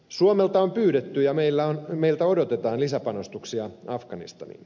suomelta on pyydetty ja meiltä odotetaan lisäpanostuksia afganistaniin